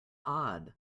odd